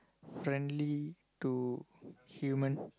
friendly to human